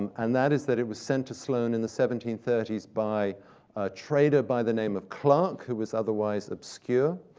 and that is that it was sent to sloane in the seventeen thirty s by a trader by the name of clarke who was otherwise obscure.